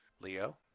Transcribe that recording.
leo